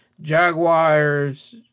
Jaguars